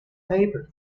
paper